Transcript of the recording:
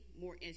more